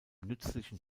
nützlichen